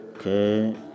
Okay